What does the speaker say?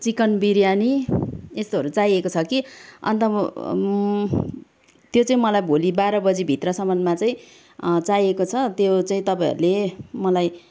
chicken biryani यस्तोहरू चाहिएको छ कि अन्त म त्यो चाहिँ मलाई भोलि बाह्र बजीभित्रसम्ममा चाहिँ चाहिएको छ त्यो चाहिँ तपाईँहरूले मलाई